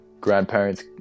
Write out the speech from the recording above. grandparents